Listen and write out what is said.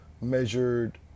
measured